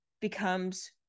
becomes